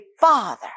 Father